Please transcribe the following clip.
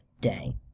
day